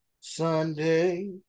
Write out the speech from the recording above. Sunday